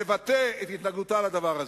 לבטא את התנגדותה לדבר הזה.